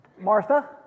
Martha